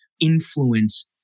influence